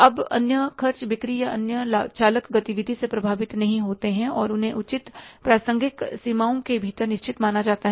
अब अन्य खर्च बिक्री या अन्य लागत चालक गतिविधि से प्रभावित नहीं होते हैं और उन्हें उचित प्रासंगिक सीमाओं के भीतर निश्चित माना जाता है